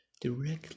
directly